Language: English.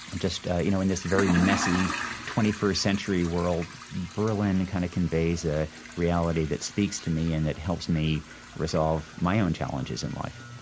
and ah you know, in this very messy twenty first century world, berlin and kind of conveys a reality that speaks to me, and that helps me resolve my own challenges in life